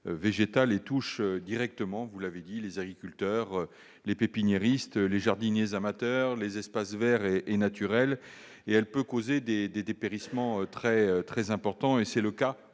végétales et touche directement les agriculteurs, les pépiniéristes, les jardiniers amateurs, les espaces verts et naturels. Elle peut causer des dépérissements très importants. C'est